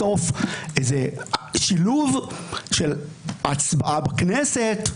בסוף איזה שילוב של הצבעה בכנסת,